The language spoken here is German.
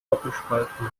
doppelspalten